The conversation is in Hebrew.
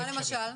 מה למשל?